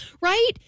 right